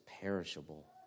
perishable